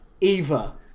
Eva